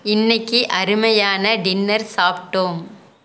இன்னைக்கு அருமையான டின்னர் சாப்பிடோம்